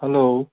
hello